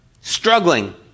struggling